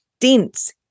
dense